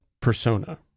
persona